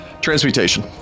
transmutation